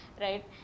right